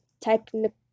technical